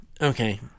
okay